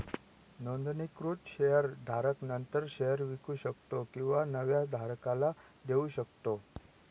नोंदणीकृत शेअर धारक नंतर शेअर विकू शकतो किंवा नव्या धारकाला देऊ शकतो